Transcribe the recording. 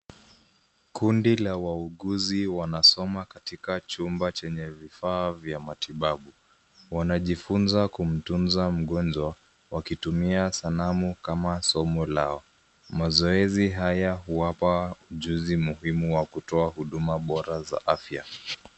Kundi la wauguzi wanasoma katika chumba chenye vifaa vya matibabu. Wanajifunza kumtunza mgonjwa wakitumia sanamu kama somo lao. Mazoezi haya huwapa ujuzi muhimu wa kutoa huduma bora za afya.